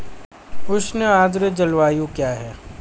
उष्ण आर्द्र जलवायु क्या है?